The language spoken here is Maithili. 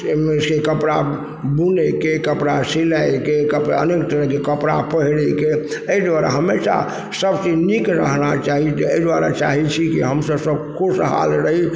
से से कपड़ा बुनयके कपड़ा सिलयके कपड़ा अनेक तरहके कपड़ा पहिरयके अइ दुआरे हमेशा सब चीज नीक रहबाके चाही जे अइ दुआरे चाहय छी कि हमसब सब खुशहाल रही